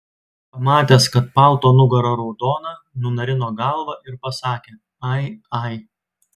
pamatęs kad palto nugara raudona nunarino galvą ir pasakė ai ai